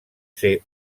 ser